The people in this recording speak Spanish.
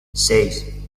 seis